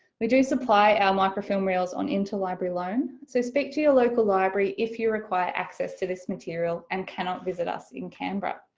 we do supply our microfilm reels on interlibrary loan, so speak to your local library if you require access to this material and cannot visit us in canberra.